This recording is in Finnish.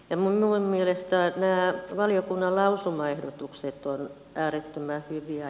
minun mielestäni nämä valiokunnan lausumaehdotukset ovat äärettömän hyviä